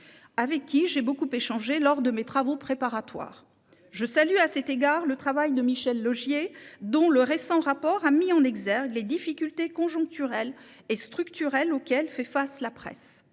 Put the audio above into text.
avec qui j'ai beaucoup échangé lors de mes travaux préparatoires. Je salue à cet égard le travail de Michel Laugier, dont le récent rapport a mis en exergue les difficultés conjoncturelles et structurelles auxquelles fait face la presse,